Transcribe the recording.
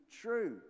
true